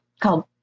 called